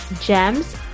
gems